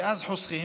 ואז חוסכים,